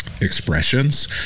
expressions